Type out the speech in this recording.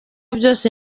byose